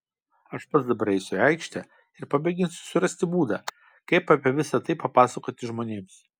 aš pats dabar eisiu į aikštę ir pamėginsiu surasti būdą kaip apie visa tai papasakoti žmonėms